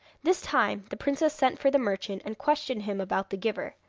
this time the princess sent for the merchant, and questioned him about the giver.